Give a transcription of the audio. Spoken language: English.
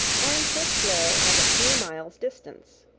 and which lay at a few miles' distance.